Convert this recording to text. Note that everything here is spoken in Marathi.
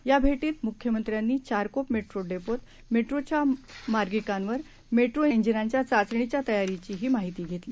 याभेटीतमुख्यमंत्र्यांनीचारकोपमेट्रोडेपोतमेट्रोच्यामार्गिकांवर मेट्रो जिनीच्याचाचणीच्यातयारीचीहीमाहितीघेतली